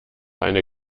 eine